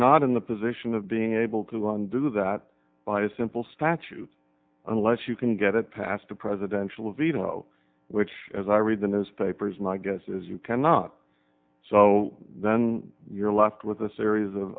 not in the position of being able to undo that by a simple statute unless you can get it past a presidential veto which as i read the newspapers my guess is you cannot so then you're left with a series of